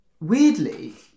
weirdly